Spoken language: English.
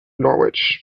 norwich